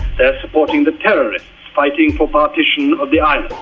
they are supporting the terrorists fighting for partition of the island,